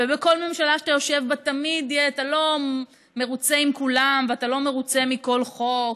ובכל ממשלה שאתה יושב בה אתה לא מרוצה מכולם ואתה לא מרוצה מכל חוק,